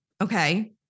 Okay